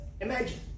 Imagine